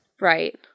Right